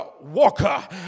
walker